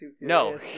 no